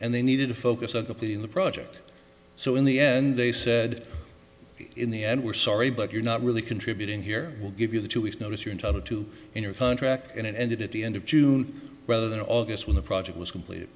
and they needed to focus on the in the project so in the end they said in the end we're sorry but you're not really contributing here will give you the two weeks notice you're entitled to in your contract and it ended at the end of june rather than august when the project was completed